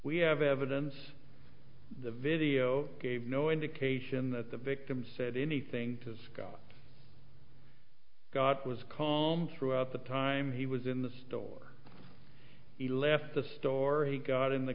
we have evidence the video gave no indication that the victim said anything to scott scott was calm throughout the time he was in the store he left the store he got in the